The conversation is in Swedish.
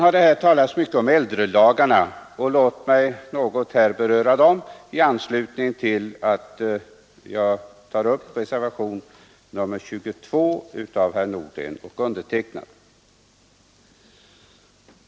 Här har talats mycket om äldrelagarna. Låt mig något beröra dem i anslutning till att jag tar upp reservationen 22 av herr Nordgren och mig.